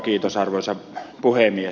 kiitos arvoisa puhemies